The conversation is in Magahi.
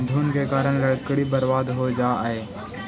घुन के कारण भी लकड़ी बर्बाद हो जा हइ